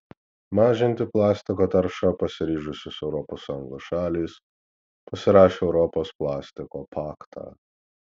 mažinti plastiko taršą pasiryžusios europos sąjungos šalys pasirašė europos plastiko paktą